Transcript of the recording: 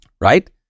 right